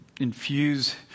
infuse